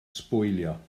sbwylio